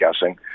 guessing